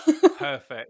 Perfect